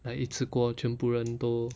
like 一次过全部人都